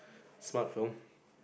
smart films